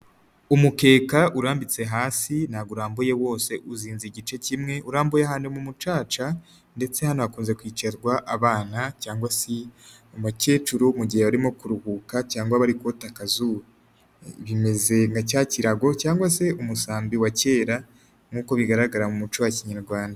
Umukeka urambitse hasi ntabwo urambuye wose uzinze igice kimwe urambuye ahanyuma umucaca ndetse hano hakunze kwicarwa abana cyangwa se umukecuru mu gihe arimo kuruhuka cyangwa abari kotaka akazuru, bimeze nka cya kirago cyangwag se umusambi wa kera nkuko bigaragara mu muco wa kinyarwanda.